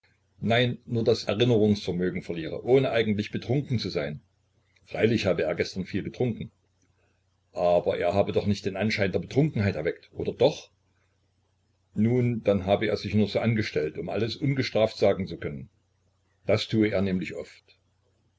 nein nur das erinnerungsvermögen verliere ohne eigentlich betrunken zu sein freilich habe er gestern viel getrunken aber er habe doch nicht den anschein der betrunkenheit erweckt oder doch nun dann habe er sich nur so angestellt um alles ungestraft sagen zu können das tue er nämlich oft